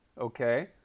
okay